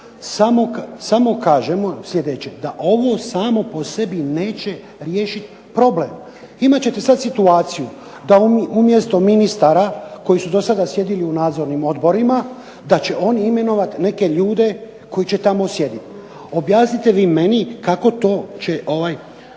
samo kažemo sljedeće, da ovo samo po sebi neće riješiti problem. Imat ćete sad situaciju da umjesto ministara koji su dosada sjedili u nadzornim odborima da će imenovati neke ljude koji će tamo sjediti. Objasnite vi meni kako to će